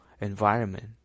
environment